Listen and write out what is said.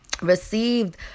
received